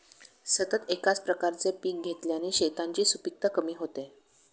सतत एकाच प्रकारचे पीक घेतल्याने शेतांची सुपीकता कमी होते